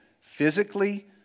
physically